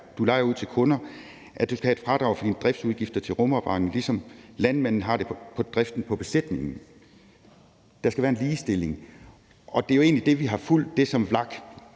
du lejer ud til kunder, at der skal du have et fradrag for dine driftsudgifter til rumopvarmning, lige såvel som landmanden har det på driften på besætninger. Der skal altså være en sidestilling.« Det var det, som